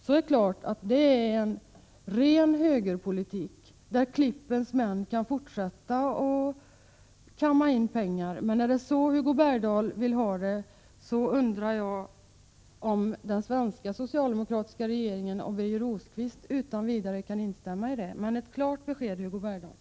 Det är helt klart en ren högerpolitik, där klippens män kan fortsätta att kamma in pengar. Är det så Hugo Bergdahl vill ha det, undrar jag om den svenska socialdemokratiska regeringen och Birger Rosqvist utan vidare kan ansluta sig till den uppfattningen. Ge ett klart besked, Hugo Bergdahl!